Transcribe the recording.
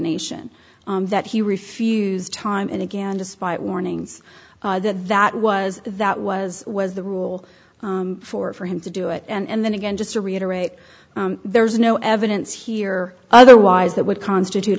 nation that he refused time and again despite warnings that that was that was was the rule for for him to do it and then again just to reiterate there's no evidence here otherwise that would constitute